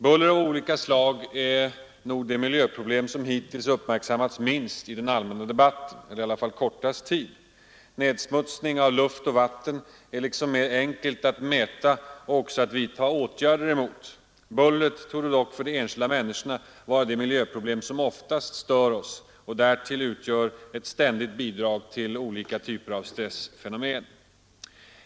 Buller av olika slag är nog det miljöproblem som hittills minst eller i varje fall kortast tid uppmärksammats i den allmänna debatten. Nedsmutsning av luft och vatten är liksom mer enkelt att mäta och även att vidta åtgärder emot. Bullret torde dock vara det miljöproblem som oftast stör de enskilda människorna och därtill ständigt bidrar till uppkomsten av olika typer av stressfenomen.